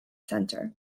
centre